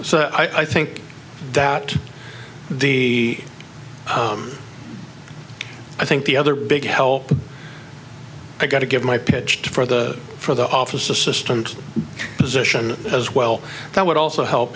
so i think that the i think the other big health i got to give my pitch to for the for the office assistant position as well that would also help